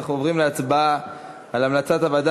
אנחנו עוברים להצבעה על המלצת הוועדה